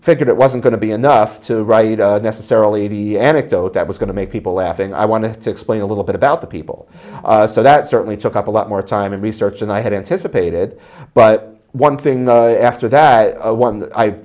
figured it wasn't going to be enough to write necessarily the anecdote that was going to make people laugh and i wanted to explain a little bit about the people so that certainly took up a lot more time and research and i had anticipated but one thing after that